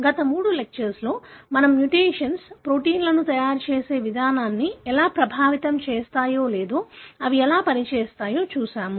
గత మూడు లెక్చర్ లో మేము మ్యుటేషన్స్ ప్రోటీన్లను తయారుచేసే విధానాన్ని ఎలా ప్రభావితం చేస్తాయో లేదా అవి ఎలా పనిచేస్తాయో చూశాము